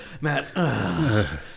Matt